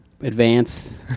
advance